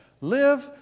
live